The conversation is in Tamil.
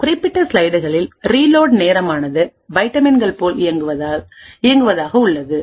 இந்த குறிப்பிட்ட ஸ்லைடுகளில் ரீலோட்நேரம் ஆனது வைட்டமின்கள் போல் இயங்குவதாக உள்ளது